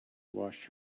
washed